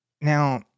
Now